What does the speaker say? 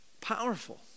Powerful